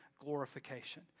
glorification